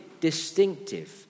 distinctive